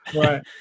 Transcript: Right